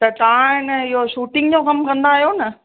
त तव्हां अन इहो शूटिंग जो कमु कंदा आहियो न